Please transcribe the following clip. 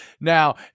Now